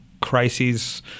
crises